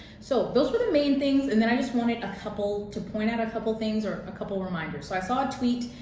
so those were the main things and then i just wanted a couple, to point out a couple things or a couple reminders. so i saw a tweet